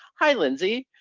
hi, lindsay?